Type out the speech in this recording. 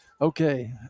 Okay